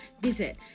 visit